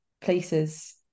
places